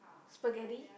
spaghetti